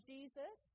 Jesus